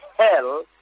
hell